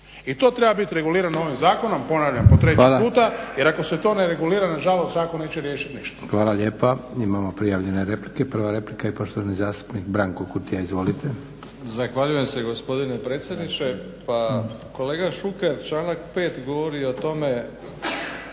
I to treba biti regulirano ovim zakonom, ponavljam po treći puta, jer ako se to ne regulira nažalost zakon neće riješiti ništa. **Leko, Josip (SDP)** Hvala lijepa. Imamo prijavljene replike. Prva replika i poštovani zastupnik Branko Kutija. Izvolite. **Kutija, Branko (HDZ)** Zahvaljujem se gospodine predsjedniče. Pa kolega Šuker članak 5. govori o tome